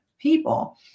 people